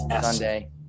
Sunday